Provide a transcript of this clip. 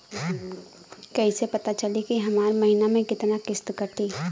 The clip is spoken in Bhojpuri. कईसे पता चली की हमार महीना में कितना किस्त कटी?